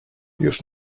już